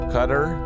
Cutter